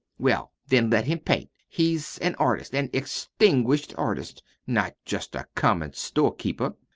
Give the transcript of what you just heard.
well, then, let him paint. he's an artist an extinguished artist not just a common storekeeper.